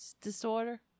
disorder